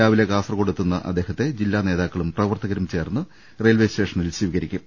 രാവിലെ കാസർക്കോട്ടെത്തുന്ന അദ്ദേഹത്തെ ജില്ലാ നേതാക്കളും പ്രവർത്തകരും ചേർന്ന് റെയിൽവെ സ്റ്റേഷനിൽ സ്വീകരിക്കും